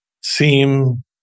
seem